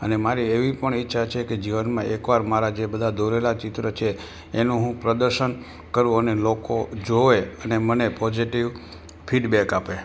અને મારે એવી પણ ઇચ્છા છે કે જીવનમાં એક વાર મારા જે બધા દોરેલાં ચિત્ર છે એનું હું પ્રદર્શન કરું અને લોકો જોવે અને મને પોજેટિવ ફીડબેક આપે